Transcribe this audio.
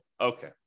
Okay